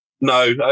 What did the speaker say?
No